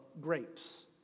grapes